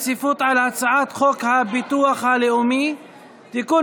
הצעת חוק הבחירות לכנסת העשרים-וחמש מתקבלת